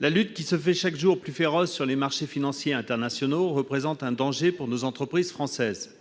la lutte qui se fait chaque jour plus féroce sur les marchés financiers internationaux représente un danger pour nos entreprises françaises.